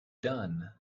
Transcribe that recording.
done